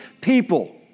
people